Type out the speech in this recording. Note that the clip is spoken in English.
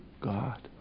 God